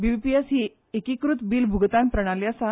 बिबिपीएस ही एकीकृत बील भुगतान प्रणाली आसा